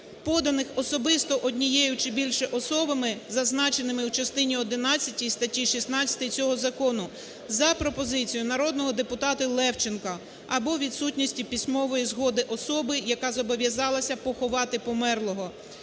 поданих особисто однією чи більше особами, зазначеними в частині одинадцятій статті 16 цього закону, - за пропозицією народного депутата Левченка, - або відсутності письмової згоди особи, яка зобов'язалася поховати померлого,